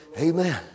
Amen